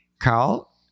Carl